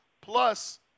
plus